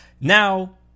Now